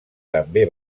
també